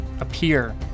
appear